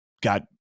got